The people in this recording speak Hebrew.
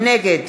נגד